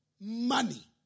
Money